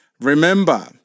Remember